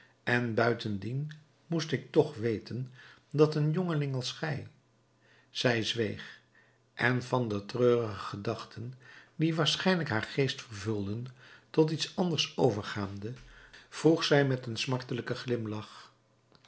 en buitendien moest ik toch weten dat een jongeling als gij zij zweeg en van de treurige gedachten die waarschijnlijk haar geest vervulden tot iets anders overgaande vroeg zij met een smartelijken glimlach